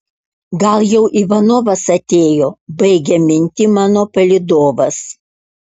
gal jau ivanovas atėjo baigia mintį mano palydovas